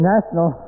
National